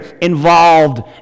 involved